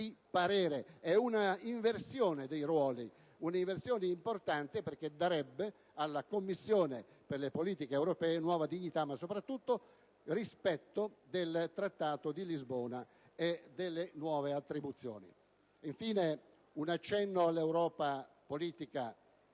parere. È un'inversione dei ruoli importante, perché darebbe alla Commissione per le politiche europee nuova dignità, ma soprattutto rispetto del Trattato di Lisbona e delle nuove attribuzioni. Faccio, infine, un accenno all'Europa politica e ai